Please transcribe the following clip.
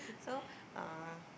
so uh